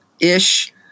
ish